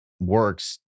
works